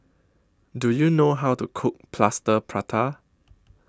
Do YOU know How to Cook Plaster Prata